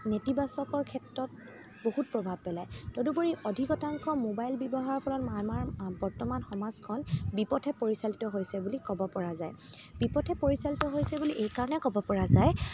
নেতিবাচকৰ ক্ষেত্ৰত বহুত প্ৰভাৱ পেলায় তদুপৰি অধিক শতাংশ মোবাইল ব্যৱহাৰৰ ফলত আমাৰ বৰ্তমান সমাজখন বিপথে পৰিচালিত হৈছে বুলি ক'ব পৰা যায় বিপথে পৰিচালিত হৈছে বুলি এইকাৰণে ক'ব পৰা যায় কাৰণ